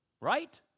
Right